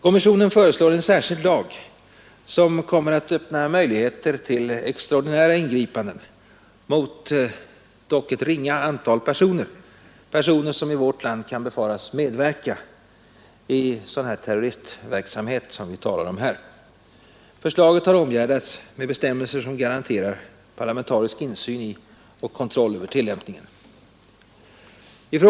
Kommissionen föreslår en särskild lag enligt vilken möjligheter öppnas till extraordinära ingripanden gentemot det ringa antal personer, som i vårt land kan befaras medverka i sådan verksamhet som det här gäller. Förslaget har omgärdats med bestämmelser som garanterar parlamentarisk insyn i och kontroll över tillämpningen.